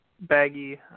baggy